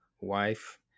wife